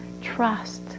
trust